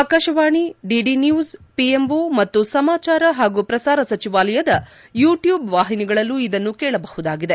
Akashvani DD news PMO ಮತ್ತು ಸಮಾಚಾರ ಮತ್ತು ಪ್ರಸಾರ ಸಚಿವಾಲಯದ ಯೂಟ್ಯೂಬ್ ವಾಹಿನಿಗಳಲ್ಲೂ ಇದನ್ನು ಕೇಳಬಹುದಾಗಿದೆ